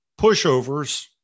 pushovers